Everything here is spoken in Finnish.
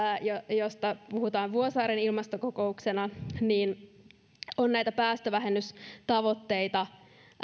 josta puhutaan vuosaaren ilmastokokouksena näitä päästövähennystavoitteita